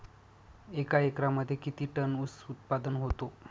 एका एकरमध्ये किती टन ऊस उत्पादन होतो?